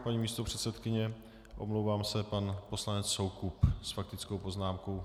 Paní místopředsedkyně , omlouvám se, pan poslanec Soukup s faktickou poznámkou.